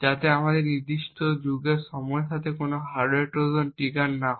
যাতে এই নির্দিষ্ট যুগের সময়ের মধ্যে কোনও হার্ডওয়্যার ট্রোজান ট্রিগার না হয়